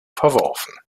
verworfen